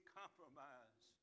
compromise